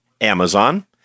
Amazon